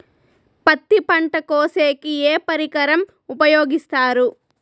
పత్తి పంట కోసేకి ఏ పరికరం ఉపయోగిస్తారు?